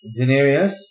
Daenerys